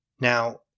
Now